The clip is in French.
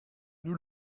nous